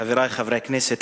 חברי חברי הכנסת,